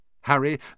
Harry